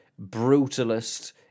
brutalist